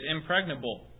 impregnable